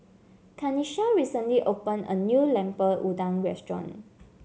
Kanisha recently opened a new Lemper Udang Restaurant